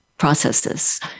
Processes